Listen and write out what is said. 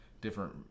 different